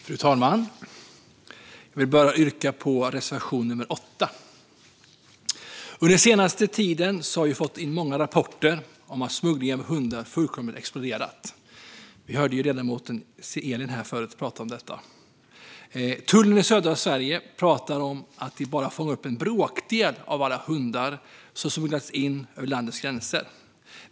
Fru talman! Jag vill yrka bifall till reservation nummer 8. Under den senaste tiden har vi fått in många rapporter om att smuggling av hundar fullkomligen har exploderat i omfattning. Vi hörde ledamoten Elin prata om detta. Tullen i södra Sverige säger att man fångar in en bråkdel av alla hundar som har smugglats in över landets gränser.